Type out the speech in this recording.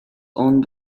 owned